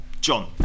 John